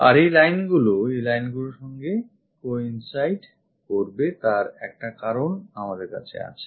আর এই line গুলি এই lineগুলির সঙ্গে যে coincide করবে তার একটা কারণ আমাদের কাছে আছে